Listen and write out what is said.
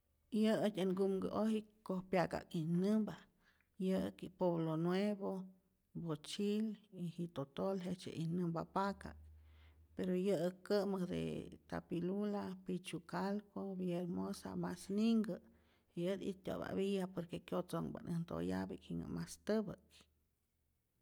Yäki äj nkumku'oji koj pyaka'k itnämpa, yä'ki poblo nuevo, bochil y jitotol jejtzye itnämpa paka'k, pero yä'ak kä'mäk de tapilula, pichucalco, viermosa, mas ninhkä, y at it'tyo'pa't villa por que kyotzonhpa't äj ntoya'pi'k, jinhä mas täpä'k.